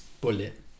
Bullet